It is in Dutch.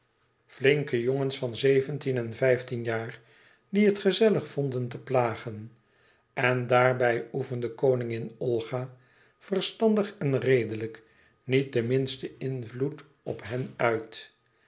flinke jongens van zeventien en vijftien jaar die het gezellig vonden te plagen en daarbij oefende koningin olga verstandig en redelijk niet den minsten invloed op hen uit